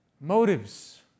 Motives